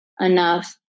enough